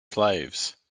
slaves